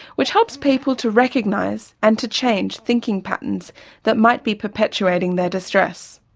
which helps people to recognise and to change thinking patterns that might be perpetuating their distress.